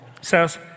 says